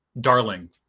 Darling